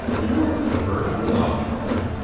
you are clever it will not be hard.